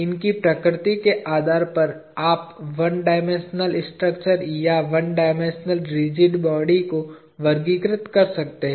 इनकी प्रकृति के आधार पर आप 1 डायमेंशनल स्ट्रक्चर या 1 डायमेंशनल रिजिड बॉडी को वर्गीकृत कर सकते हैं